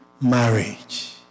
marriage